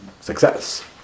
success